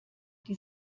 die